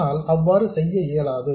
ஆனால் அவ்வாறு செய்ய இயலாது